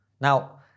Now